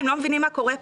הם לא מבינים מה קורה פה.